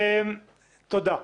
תודה.